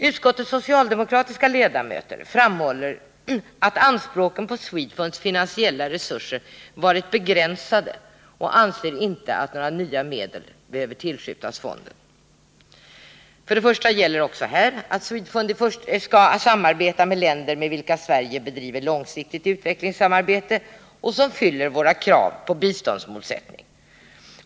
Utskottets socialdemokratiska ledamöter framhåller att anspråken på SWEDFUND: s finansiella resurser har varit begränsade och anser inte att några nya medel bör tillskjutas fonden. Också här gäller att SNEDFUND skall samarbeta med länder med vilka Sverige bedriver långsiktigt utvecklingssamarbete och som fyller våra krav på biståndsmålsättning.